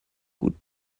gut